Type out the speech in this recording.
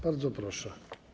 Bardzo proszę.